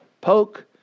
poke